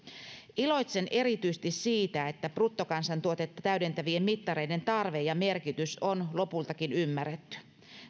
iloitsen erityisesti siitä että bruttokansantuotetta täydentävien mittareiden tarve ja merkitys on lopultakin ymmärretty